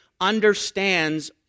understands